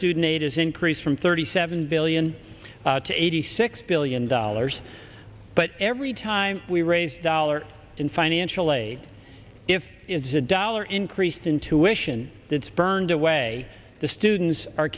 student aid has increased from thirty seven billion to eighty six billion dollars but every time we raise dollars in financial aid if it's a dollar increased intuition that's burned away the students are